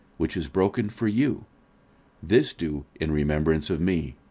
which is broken for you this do in remembrance of me.